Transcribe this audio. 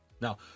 Now